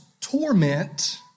torment